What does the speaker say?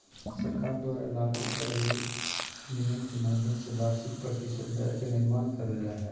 सरकार द्वारा लागू करल नियम के माध्यम से वार्षिक प्रतिशत दर के निर्माण करल जा हय